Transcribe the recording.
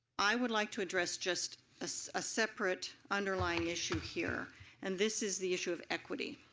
i would like to address just a so ah separate underlying issue here and this is the issue of equity.